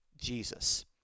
Jesus